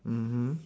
mmhmm